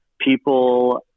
people